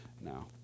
now